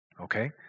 Okay